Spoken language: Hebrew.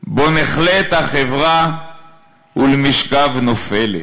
בו נחלית החברה ולמשכב נופלת".